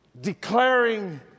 declaring